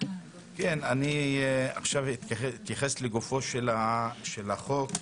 אני אתייחס עכשיו לגופו של החוק.